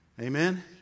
Amen